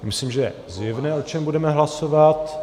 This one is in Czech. Myslím, že je zjevné, o čem budeme hlasovat.